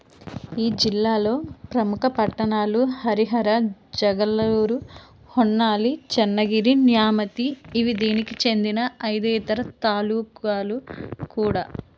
ఈ జిల్లాలో ప్రముఖ పట్టణాలు హరిహర జగళూరు హొన్నాళి చెన్నగిరి న్యామతి ఇవి దీనికి చెందిన ఐదు ఇతర తాలూకాలు కూడా